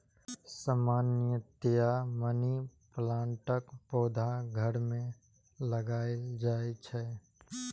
सामान्यतया मनी प्लांटक पौधा घर मे लगाएल जाइ छै